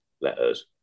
letters